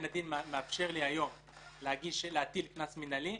הדין מאפשר לי היום להטיל קנס מינהלי,